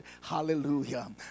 Hallelujah